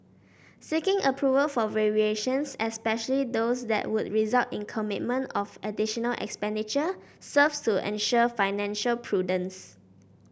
seeking approval for variations especially those that would result in commitment of additional expenditure serves to ensure financial prudence